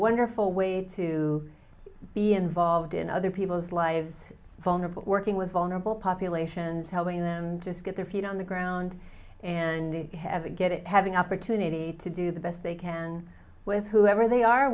wonderful way to be involved in other people's lives vulnerable working with vulnerable populations helping them just get their feet on the ground and have a get it having opportunity to do the best they can with whoever they are